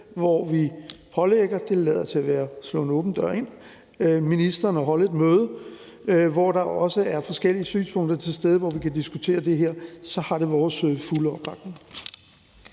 holde et møde – det lader til at være at sparke en åben dør ind – hvor der også er forskellige synspunkter til stede, og hvor vi kan diskutere det her, så har det vores fulde opbakning.